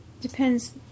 Depends